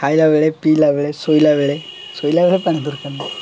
ଖାଇଲା ବେଳେ ପିଇଲା ବେଳେ ଶୋଇଲା ବେଳେ ଶୋଇଲା ବେଳେ ପାଣି ଦରକାର ନାଇଁ